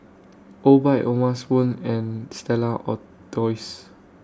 Obike O'ma Spoon and Stella Artois